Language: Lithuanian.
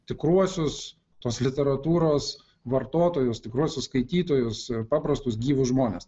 tikruosius tos literatūros vartotojus tikruosius skaitytojus ir paprastus gyvus žmones